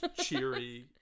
cheery